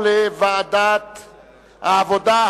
לדיון מוקדם בוועדת העבודה,